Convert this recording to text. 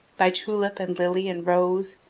by tulip and lily and rose,